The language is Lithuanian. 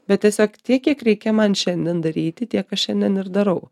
bet tiesiog tiek kiek reikia man šiandien daryti tiek aš šiandien ir darau